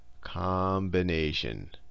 combination